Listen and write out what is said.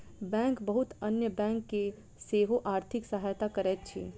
bank बहुत अन्य bank के सेहो आर्थिक सहायता करैत अछि